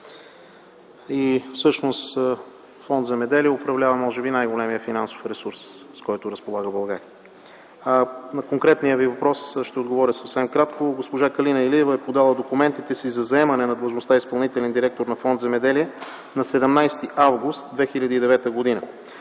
Всъщност Фонд „Земеделие” управлява може би най-големия финансов ресурс, с който разполага България. На конкретния Ви въпрос ще отговоря съвсем кратко. Госпожа Калина Илиева е подала документите си за заемане на длъжността „изпълнителен директор” на Фонд „Земеделие” на 17 август 2009 г.